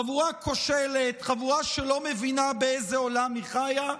חבורה כושלת, חבורה שלא מבינה באיזה עולם היא חיה.